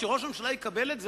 כשראש הממשלה יקבל את זה,